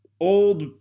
old